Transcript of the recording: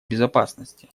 безопасности